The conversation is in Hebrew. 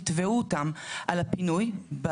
יתבעו אותם על הפינוי.